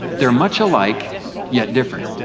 they are much alike yet different.